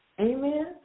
Amen